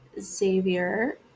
Xavier